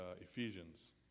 Ephesians